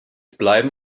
bleiben